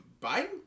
Biden